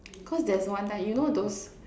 cause there's one time you know those